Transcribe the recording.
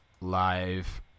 live